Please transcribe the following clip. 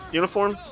uniform